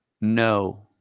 No